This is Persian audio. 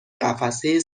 قفسه